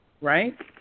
right